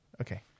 Okay